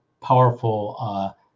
powerful